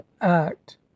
act